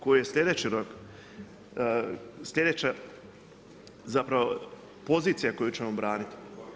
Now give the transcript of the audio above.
Koji je sljedeći … sljedeća, zapravo pozicija koju ćemo braniti.